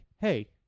hey